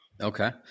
Okay